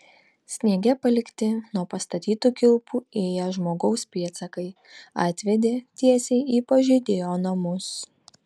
sniege palikti nuo pastatytų kilpų ėję žmogaus pėdsakai atvedė tiesiai į pažeidėjo namus